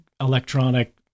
electronic